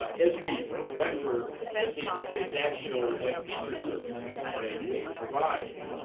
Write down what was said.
esri collector just needs a transactional web feature service, which sciencebase provides,